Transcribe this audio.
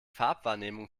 farbwahrnehmung